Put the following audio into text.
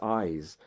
eyes